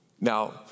Now